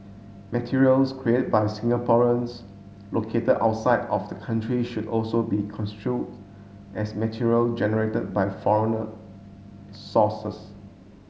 materials create by Singaporeans located outside of the country should also be construe as material generated by foreigner sources